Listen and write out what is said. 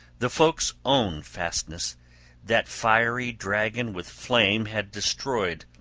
the folk's own fastness that fiery dragon with flame had destroyed,